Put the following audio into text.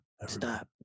Stop